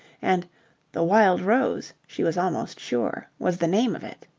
and the wild rose, she was almost sure, was the name of it.